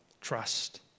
trust